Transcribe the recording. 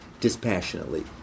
dispassionately